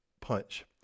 punch